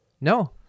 No